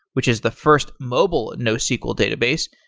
which is the first mobile nosql database,